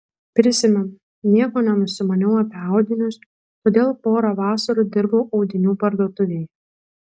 prisimenu nieko nenusimaniau apie audinius todėl porą vasarų dirbau audinių parduotuvėje